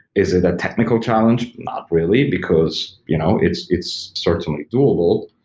is it a technical challenge? not really, because you know it's it's certainly doable.